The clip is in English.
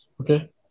Okay